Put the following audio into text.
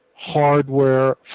hardware